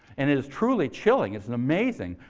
and it is truly chilling. it's and amazing,